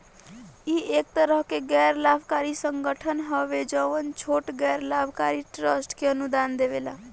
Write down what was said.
इ एक तरह के गैर लाभकारी संगठन हवे जवन छोट गैर लाभकारी ट्रस्ट के अनुदान देवेला